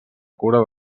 cura